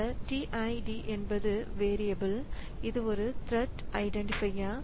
இந்த tid என்பது variable இது ஒரு த்ரெட் ஐடென்டிபயர்